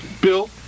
Bill